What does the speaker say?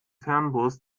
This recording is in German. fernbus